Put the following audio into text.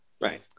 Right